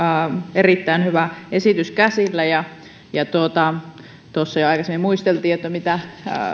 erittäin hyvä esitys käsillä kun tuossa jo aikaisemmin muisteltiin mitä